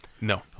No